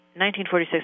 1946